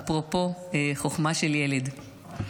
אפרופו חוכמה של ילד.